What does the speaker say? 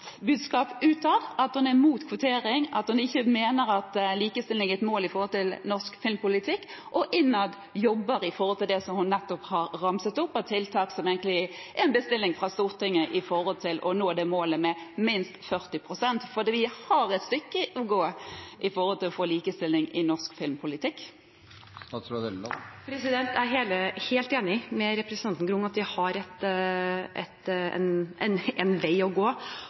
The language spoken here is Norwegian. budskap utad – at hun er imot kvotering, at hun ikke mener at likestilling er et mål for norsk filmpolitikk – og innad jobber for det hun nettopp har ramset opp av tiltak, som egentlig er en bestilling fra Stortinget for å nå målet om minst 40 pst.? Vi har et stykke å gå for å få likestilling i norsk filmpolitikk. Jeg er helt enig med representanten i at vi har en vei å gå,